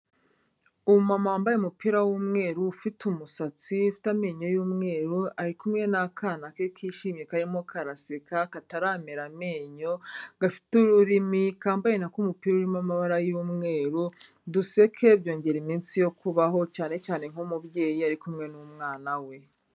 Umumama wambaye umupira w'umweru, ufite umusatsi, ufite amenyo y'umweru, ari kumwe n'akana ke kishimye karimo karaseka, kataramera amenyo, gafite ururimi, kambaye n'ako umupira urimo amabara y'umweru, duseke byongera iminsi yo kubaho, cyane cyane nk'umubyeyi iyo ari kumwe n'umwana we.